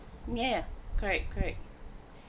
ya ya correct correct